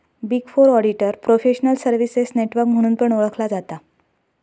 big four auditor professional services network म्हणून पण ओळखला जाता